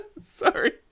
Sorry